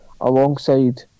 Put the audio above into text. alongside